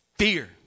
Fear